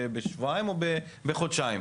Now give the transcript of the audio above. בשבועיים או בחודשיים.